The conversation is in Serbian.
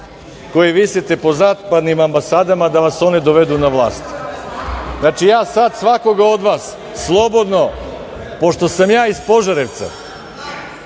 koji visite po zapadnim ambasadama da vas one dovedu na vlast. Znači, ja sada svakoga od vas slobodno, pošto sam ja iz Požarevca,